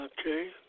Okay